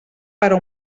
però